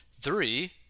Three